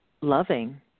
loving